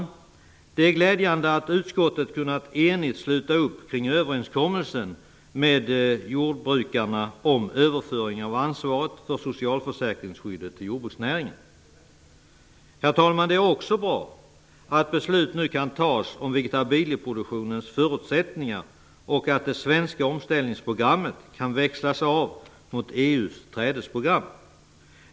Det är glädjande att utskottet enigt har kunnat sluta upp kring överenskommelsen med jordbrukarna om överföring av ansvaret för socialförsäkringsskyddet till jordbruksnäringen. Herr talman! Det är också bra att beslut nu kan fattas om vegetabilieproduktionens förutsättningar och att det svenska omställningsprogrammet kan utväxlas mot EU:s trädesprogram.